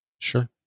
Sure